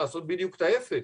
לעשות בדיוק את ההיפך,